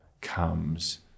comes